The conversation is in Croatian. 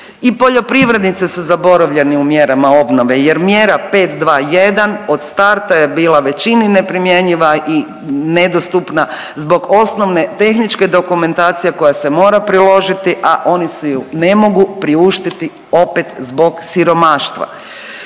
I poljoprivrednici su zaboravljeni u mjerama obnove jer mjera 5-2-1 od starta je bila većini neprimjenjiva i nedostupna zbog osnovne tehničke dokumentacije koja se mora priložiti, a oni si ju ne mogu priuštiti opet zbog siromaštva.